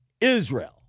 Israel